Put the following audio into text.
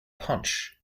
punch